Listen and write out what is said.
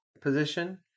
position